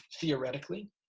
theoretically